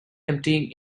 emptying